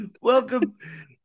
Welcome